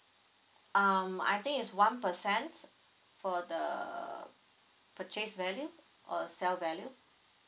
um I think is one percent for the purchase value or sell value